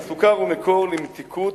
הסוכר הוא מקור למתיקות,